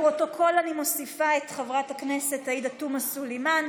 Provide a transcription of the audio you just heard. לפרוטוקול אני מוסיפה את חברת הכנסת עאידה תומא סלימאן,